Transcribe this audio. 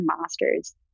masters